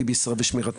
וגם השאלות ששאלו